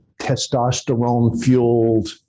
testosterone-fueled